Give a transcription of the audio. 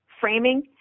framing